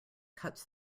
cuts